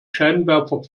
scheinwerfer